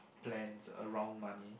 plans around money